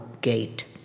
gate